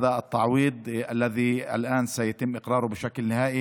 זה הפיצוי שתתקבל עליו עכשיו החלטה סופית,